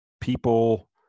people